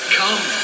come